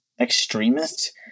extremist